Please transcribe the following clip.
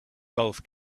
golf